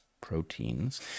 Proteins